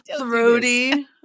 throaty